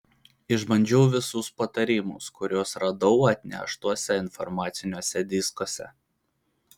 išbandžiau visus patarimus kuriuos radau atneštuose informaciniuose diskuose